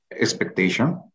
Expectation